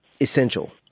essential